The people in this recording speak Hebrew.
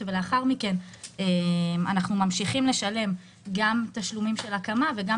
ולאחר מכן אנחנו ממשיכים לשלם גם תשלומים של הקמה וגם